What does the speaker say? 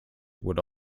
would